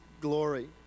glory